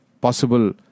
possible